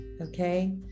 Okay